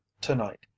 tonight